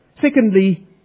Secondly